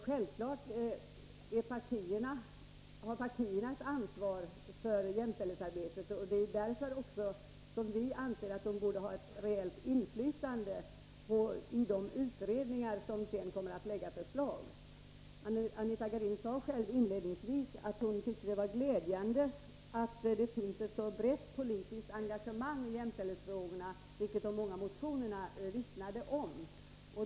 Självfallet har partierna ett ansvar för jämställdhetsarbetet. Det är också därför som vi anser att de borde ha ett reellt inflytande i de utredningar som så småningom kommer att lägga fram förslag. Anita Gradin sade själv inledningsvis att hon tyckte det var glädjande att det finns ett så brett politiskt engagemang i jämställdhetsfrågorna, något som de många motionerna vittnar om.